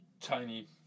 tiny